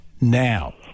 now